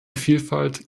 vielfalt